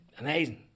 amazing